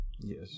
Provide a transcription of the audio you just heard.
yes